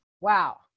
Wow